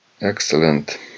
Excellent